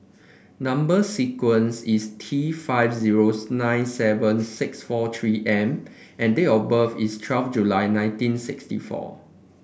number sequence is T five zero nine seven six four three M and date of birth is twelve July nineteen sixty four